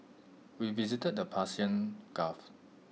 we visited the Persian gulf